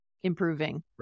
improving